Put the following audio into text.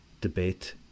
debate